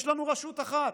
יש לנו רשות אחת.